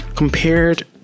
Compared